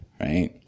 right